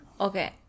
okay